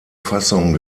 fassung